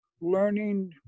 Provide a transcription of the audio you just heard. learning